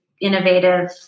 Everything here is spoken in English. innovative